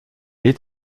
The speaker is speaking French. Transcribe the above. est